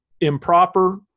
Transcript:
improper